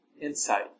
insight